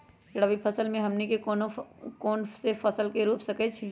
रबी फसल में हमनी के कौन कौन से फसल रूप सकैछि?